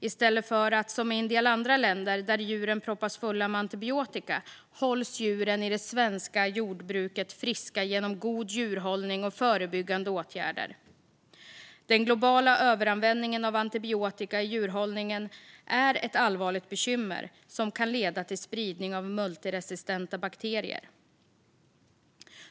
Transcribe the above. I stället för att som i en del andra länder där djuren proppas fulla med antibiotika hålls djuren i det svenska jordbruket friska genom god djurhållning och förebyggande åtgärder. Den globala överanvändningen av antibiotika i djurhållningen är ett allvarligt bekymmer som kan leda till spridning av multiresistenta bakterier.